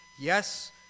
Yes